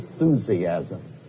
enthusiasm